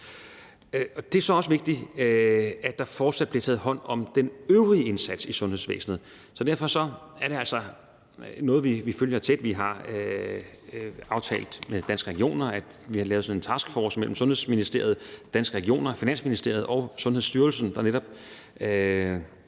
Det er så også vigtigt, at der fortsat bliver taget hånd om den øvrige indsats i sundhedsvæsenet, og derfor er det altså noget, vi følger tæt. Vi har i en aftale med Danske Regioner lavet en taskforce mellem Sundhedsministeriet, Danske Regioner, Finansministeriet og Sundhedsstyrelsen, der netop